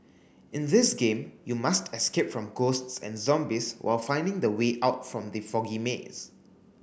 in this game you must escape from ghosts and zombies while finding the way out from the foggy maze